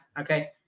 Okay